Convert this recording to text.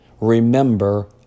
Remember